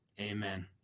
Amen